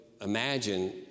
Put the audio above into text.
imagine